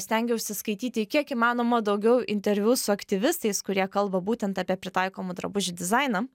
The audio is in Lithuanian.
stengiausi skaityti kiek įmanoma daugiau interviu su aktyvistais kurie kalba būtent apie pritaikomų drabužių dizainą